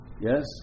Yes